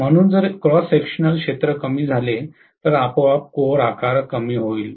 म्हणून जर cross sectional क्षेत्र कमी झाले तर आपोआप कोर आकार कमी होईल